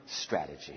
strategy